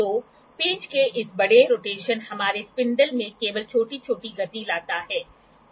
तो पेंच के इस बड़े रोटेशन हमारे स्पिंडल में केवल छोटी छोटी गति लाता है